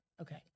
Okay